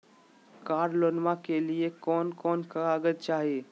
कार लोनमा के लिय कौन कौन कागज चाही?